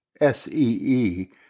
S-E-E